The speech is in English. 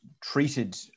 treated